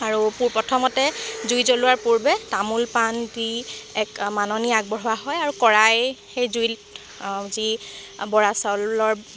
আৰু পু প্ৰথমতে জুই জ্বলোৱাৰ পূৰ্বে তামোল পাণ দি এক মাননী আগবঢ়োৱা হয় আৰু কড়াই সেই জুইত যি বৰা চাউলৰ